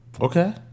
Okay